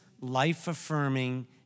life-affirming